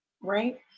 right